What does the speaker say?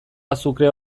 azukrea